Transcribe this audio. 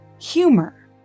humor